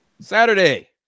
Saturday